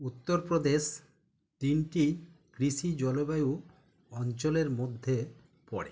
উত্তর প্রদেশ তিনটি কৃষি জলবায়ু অঞ্চলের মধ্যে পড়ে